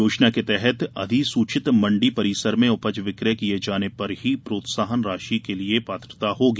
योजना के तहत अधिसूचित मंडी परिसर में उपज विक्रय किए जाने पर ही प्रोत्साहन राशि के लिये पात्रता होगी